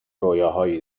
رویاهایی